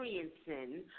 experiencing